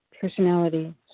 Personality